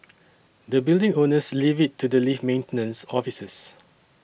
the building owners leave it to the lift maintenance officers